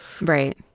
Right